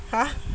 !huh!